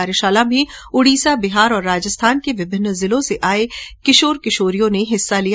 कार्यशाला में उडीसा बिहार और राजस्थान के विभिन्न जिलों से आये किशोर किशोरियों ने हिस्सा लिया